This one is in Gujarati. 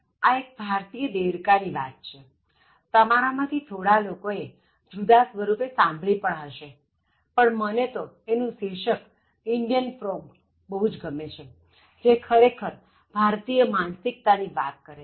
આ એક ભારતીય દેડકા ની વાત છે તમારા માંથી થોડા લોકોએ જુદા સ્વરુપે સાંભળી પણ હશેપણ મને તો એનું શીર્ષક Indian frog બહુ ગમે છેજે ખરેખર ભારતીય માનસિકતા ની વાત કરે છે